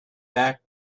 back